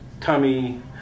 tummy